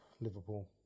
Liverpool